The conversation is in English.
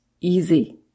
easy